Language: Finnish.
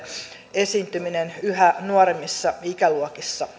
esiintyminen yhä nuoremmissa ikäluokissa